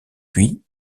puis